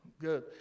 good